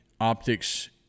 optics